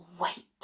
wait